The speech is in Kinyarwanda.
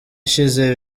ishize